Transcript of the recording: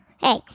Hey